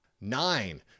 Nine